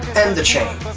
and chain.